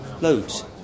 loads